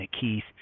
Keith